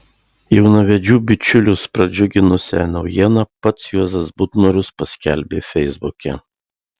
jaunavedžių bičiulius pradžiuginusią naujieną pats juozas butnorius paskelbė feisbuke